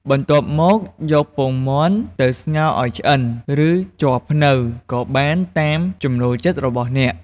បន្ទាប់មក យកពងមាន់ទៅស្ងោរឲ្យឆ្អិន ឬជ័រភ្នៅក៏បាន តាមចំណូលចិត្តរបស់អ្នក។